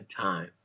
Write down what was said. time